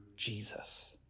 Jesus